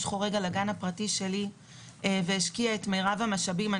חורג על הגן הפרטי שלי והשקיעה את מירב המשאבים,